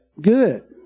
good